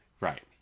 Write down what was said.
Right